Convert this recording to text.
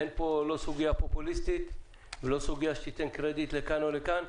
אין פה סוגיה פופוליסטית ולא סוגיה שתיתן קרדיט לכאן או לכאן.